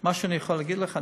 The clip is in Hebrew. מה שאני יכול להגיד לך,